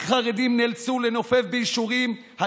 רק חרדים נאלצו לנופף באישורים על